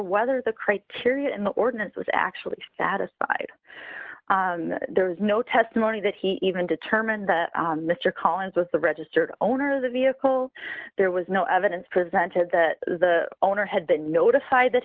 whether the criteria in the ordinance was actually satisfied there was no testimony that he even determined the mr collins was the registered owner of the vehicle there was no evidence presented that the owner had been notified that